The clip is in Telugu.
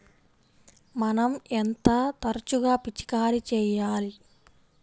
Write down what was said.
మనం ఎంత తరచుగా పిచికారీ చేయాలి?